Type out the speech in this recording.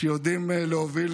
שיודעים להוביל